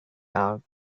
are